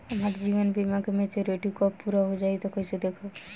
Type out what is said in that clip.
हमार जीवन बीमा के मेचीयोरिटी कब पूरा होई कईसे देखम्?